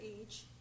Age